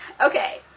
Okay